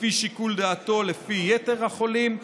לפי שיקול דעתו, ליתר החולים.